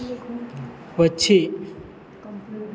पक्षी